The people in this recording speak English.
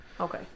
okay